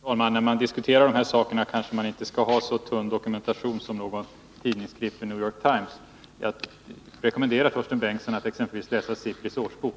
Herr talman! När man diskuterar de här frågorna kanske man inte skall ha en så tunn dokumentation som någon tidningsartikel i New York Times. Jag rekommenderar Torsten Bengtson att t.ex. läsa SIPRI:s årsbok.